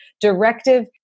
directive